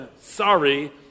sorry